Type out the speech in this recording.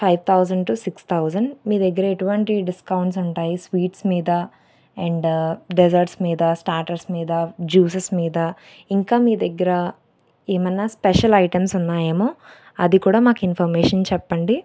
five thousand to six thousand మీ దగ్గర ఎటువంటి డిస్కౌంట్స్ ఉంటాయి స్వీట్స్ మీద అండ్ డెజట్స్ మీద స్టాటర్స్ మీద జ్యూసెస్ మీద ఇంకా మీ దగ్గర ఏమైనా స్పెషల్ ఐటమ్స్ ఉన్నాయేమో అది కూడా మాకు ఇన్ఫర్మేషన్ చెప్పండి